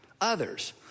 others